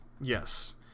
Yes